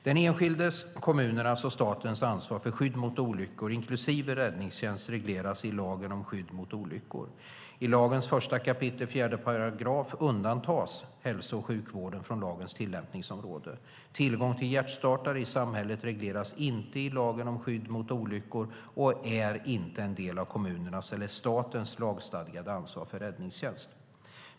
Den enskildes, kommunernas och statens ansvar för skydd mot olyckor inklusive räddningstjänst regleras i lagen om skydd mot olyckor. I lagens 1 kap. 4 § undantas hälso och sjukvården från lagens tillämpningsområde. Tillgång till hjärtstartare i samhället regleras inte i lagen om om skydd mot olyckor och är inte en del av kommunernas eller statens lagstadgade ansvar för räddningstjänst.